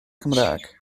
cymraeg